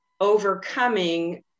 overcoming